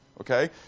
okay